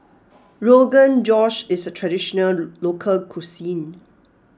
Rogan Josh is a traditional local cuisine